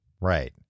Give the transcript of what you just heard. Right